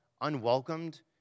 unwelcomed